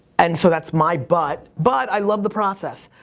and so that's my but, but i love the process.